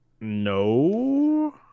No